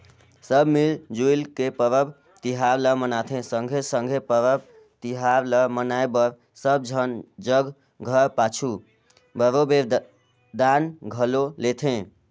सब मिल जुइल के परब तिहार ल मनाथें संघे संघे परब तिहार ल मनाए बर सब झन जग घर पाछू बरोबेर दान घलो लेथें